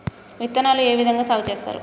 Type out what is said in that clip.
విత్తనాలు ఏ విధంగా సాగు చేస్తారు?